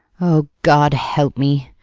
o, god help me!